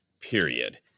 period